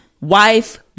Wife